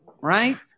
right